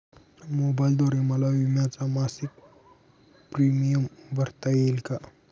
मोबाईलद्वारे मला विम्याचा मासिक प्रीमियम भरता येईल का?